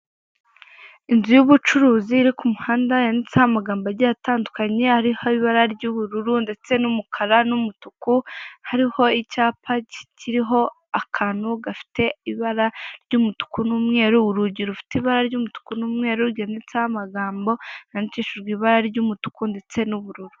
Inzu y'ubucuruzi iri ku muhanda yanditseho amagambo agiye atandukanye hariho ibara ry'ubururu ndetse n'umukara n'umutuku, hariho icyapa kiriho akantu gafite ibara ry'umutuku n'umweru, urugi rufite umutuku n'umweru ryanditseho amagambo yandikishisjwe ibara ry'umutuku n'umweru ndetse n'ay'ubururu.